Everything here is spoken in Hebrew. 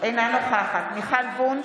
אינה נוכחת מיכל וונש,